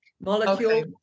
Molecule